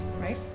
right